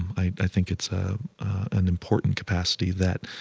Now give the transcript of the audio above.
i think it's ah an important capacity that,